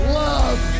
love